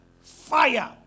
fire